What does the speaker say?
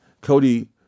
Cody